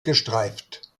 gestreift